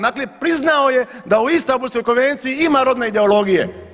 Dakle, priznao je da u Istambulskoj konvenciji ima rodne ideologije.